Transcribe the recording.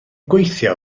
gweithio